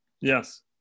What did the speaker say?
Yes